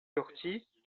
corty